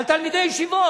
על תלמידי ישיבות.